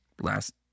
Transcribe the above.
last